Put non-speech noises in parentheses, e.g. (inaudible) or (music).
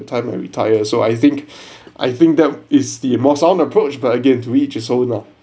the time I retire so I think (breath) I think that is the most on approach but again to each his own lah